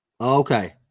Okay